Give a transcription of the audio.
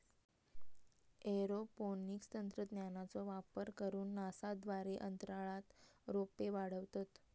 aeroponics तंत्रज्ञानाचो वापर करून नासा द्वारे अंतराळात रोपे वाढवतत